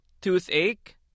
toothache